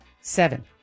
seven